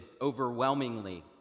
overwhelmingly